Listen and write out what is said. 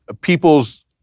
people's